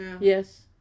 yes